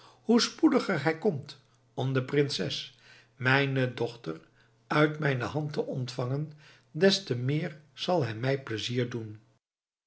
hoe spoediger hij komt om de prinses mijne dochter uit mijne hand te ontvangen des te meer zal hij mij plezier doen